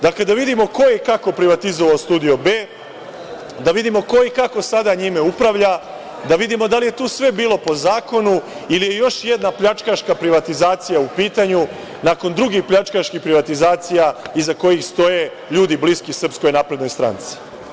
Dakle, da vidimo ko je i kako privatizovao Studio B, da vidimo ko je i kako sada njime upravlja, da vidimo da li je tu sve bilo po zakonu ili je još jedna pljačkaška privatizacija u pitanju, nakon drugih pljačkaških privatizacija iza kojih stoje ljudi bliski SNS.